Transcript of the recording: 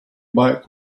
back